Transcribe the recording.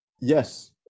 yes